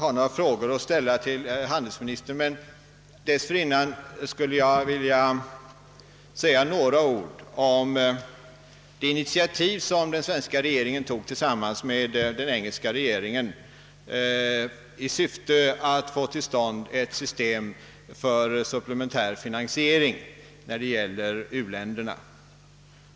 Herr talman! Jag skulle vilja säga några ord om de initiativ som den svenska regeringen tillsammans med den engelska regeringen tog i syfte att få till stånd ett system för supplementär finansiering beträffande u-länderna.